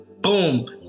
Boom